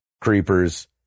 Creepers